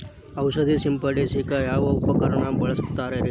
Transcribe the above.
ಔಷಧಿ ಸಿಂಪಡಿಸಕ ಯಾವ ಉಪಕರಣ ಬಳಸುತ್ತಾರಿ?